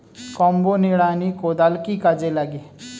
Combo নিড়ানি কোদাল কি কাজে লাগে?